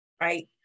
right